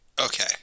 Okay